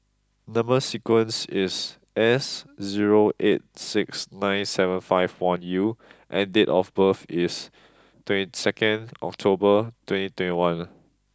number sequence is S zero eight six nine seven five one U and date of birth is twenty second October twenty twenty one